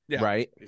right